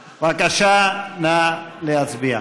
בבקשה, נא להצביע.